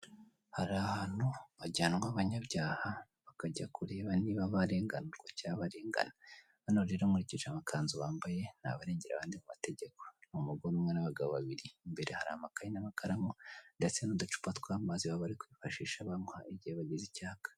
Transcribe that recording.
Hari ahantu hajyanwa abanyabyaha bakajya kureba niba niba barenganurwa cyangwa barengana hano rero nkurikije amakanze bambaye ni abarengera abandi mu mategeko ni umugore umwe n'abagabo babiri imbere hari amakayi n'amakaramu ndetse n'uducupa tw'amazi baba barikwifashisha bankwa igihe bagize icyaka.